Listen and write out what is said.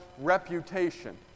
reputation